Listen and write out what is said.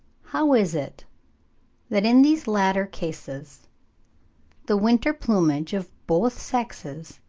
how is it that in these latter cases the winter plumage of both sexes,